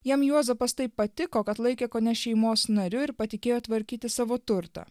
jam juozapas taip patiko kad laikė kone šeimos nariu ir patikėjo tvarkyti savo turtą